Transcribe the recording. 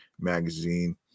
magazine